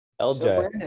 LJ